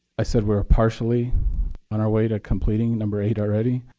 i said, we're partially on our way to completing number eight already.